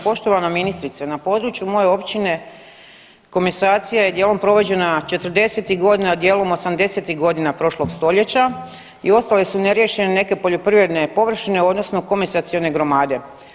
Poštovana ministrice na području moje općine komasacija je dijelom provođena '40.-ih godina, a dijelom '80.-ih godina prošlog stoljeća i ostale su neriješene neke poljoprivredne površine odnosno komasacione gromade.